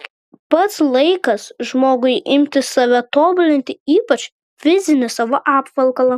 pats laikas žmogui imtis save tobulinti ypač fizinį savo apvalkalą